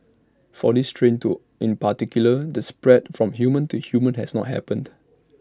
for this strain to in particular the spread from human to human has not happened